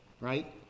right